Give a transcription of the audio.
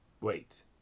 Wait